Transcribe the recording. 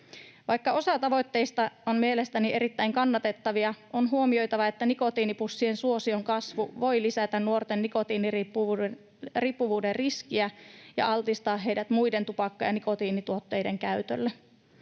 Vaikka osa tavoitteista on mielestäni erittäin kannatettavia, on huomioitava, että nikotiinipussien suosion kasvu voi lisätä nuorten nikotiiniriippuvuuden riskiä ja altistaa heidät muiden tupakka- ja nikotiinituotteiden käytölle.